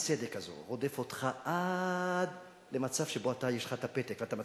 האי-צדק הזה רודף אותך עד למצב שבו יש לך פתק ואתה מצביע,